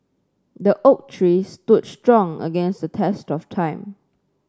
the oak tree stood strong against the test of time